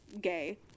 gay